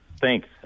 thanks